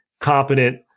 competent